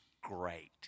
great